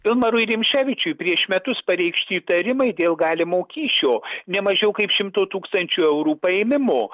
pilmarui rimšėvičiui prieš metus pareikšti įtarimai dėl galimo kyšio ne mažiau kaip šimto tūkstančių eurų paėmimo